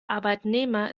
arbeitnehmer